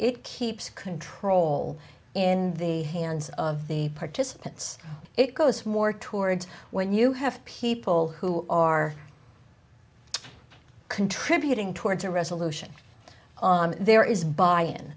it keeps control in the hands of the participants it goes more towards when you have people who are contributing towards a resolution there is b